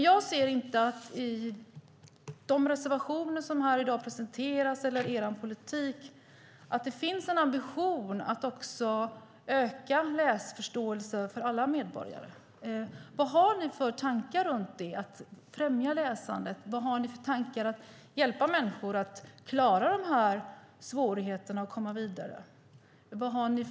Jag ser inte i de reservationer som i dag presenteras eller i er politik att det finns en ambition att öka läsförståelsen för alla medborgare. Vad har ni för tankar om att främja läsandet? Vad har ni för tankar för att hjälpa människor att klara svårigheterna och komma vidare?